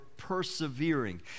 persevering